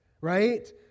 right